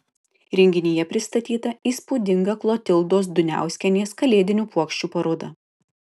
renginyje pristatyta įspūdinga klotildos duniauskienės kalėdinių puokščių paroda